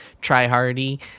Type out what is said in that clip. try-hardy